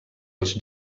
els